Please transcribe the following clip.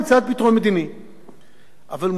אבל מותר גם לחשוב על אפשרויות אחרות